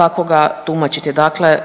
kako ga tumačiti. Dakle,